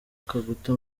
kaguta